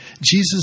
Jesus